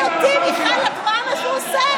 אני קורא אותך לסדר פעם ראשונה.